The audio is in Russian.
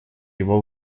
его